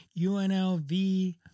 UNLV